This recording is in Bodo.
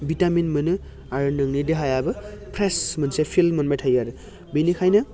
भिटामिन मोनो आरो नोंनि देहायाबो फ्रेस मोनसे फिल मोनबाय थायो आरो बिनिखायनो